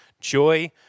joy